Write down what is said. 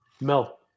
Mel